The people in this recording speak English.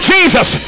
Jesus